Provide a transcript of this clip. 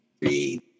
Three